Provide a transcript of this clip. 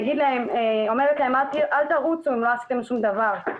אני אומרת להם: אל תרוצו אם לא עשיתם שום דבר.